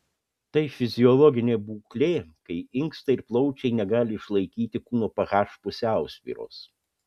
tai fiziologinė būklė kai inkstai ir plaučiai negali išlaikyti kūno ph pusiausvyros